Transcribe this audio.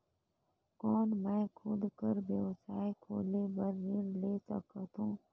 कौन मैं खुद कर व्यवसाय खोले बर ऋण ले सकत हो?